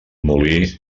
molí